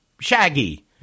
shaggy